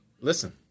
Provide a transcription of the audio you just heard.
Listen